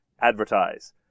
advertise